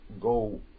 go